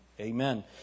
amen